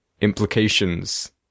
implications